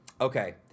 Okay